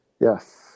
Yes